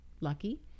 lucky